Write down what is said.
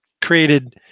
created